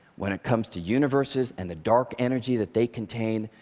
when it comes to universes and the dark energy that they contain,